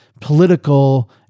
political